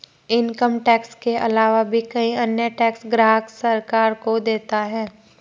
income tax के आलावा भी कई अन्य टैक्स ग्राहक सरकार को देता है